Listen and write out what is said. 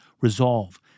resolve